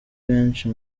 benshi